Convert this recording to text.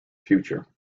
future